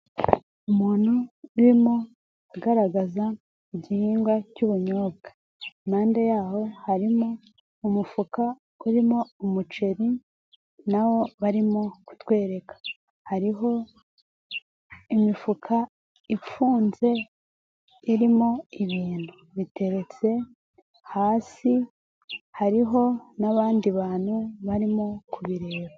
Umuntu urimo agaragaza igihingwa cy'ubunyobwa, impande y'aho harimo umufuka urimo umuceri na wo barimo kutwereka, hariho imifuka ifunze irimo ibintu biteretse hasi, hariho n'abandi bantu barimo kubireba.